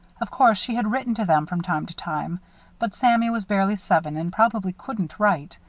of course she had written to them from time to time but sammy was barely seven and probably couldn't write.